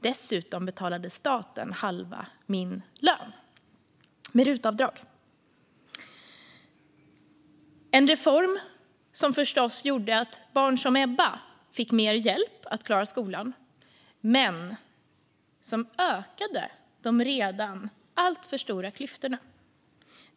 Dessutom betalade staten halva min lön med rutavdrag, en reform som förstås gjorde att barn som Ebba fick mer hjälp att klara skolan men som ökade de redan alltför stora klyftorna.